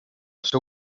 seu